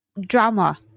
drama